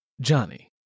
Johnny